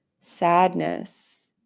sadness